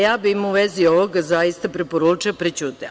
Ja bih im u vezi ovoga zaista preporučila da prećute.